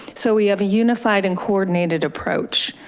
so we have a unified and coordinated approach.